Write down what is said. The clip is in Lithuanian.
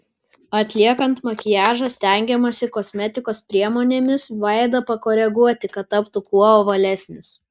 atliekant makiažą stengiamasi kosmetikos priemonėmis veidą pakoreguoti kad taptų kuo ovalesnis